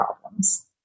problems